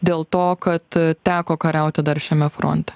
dėl to kad teko kariauti dar šiame fronte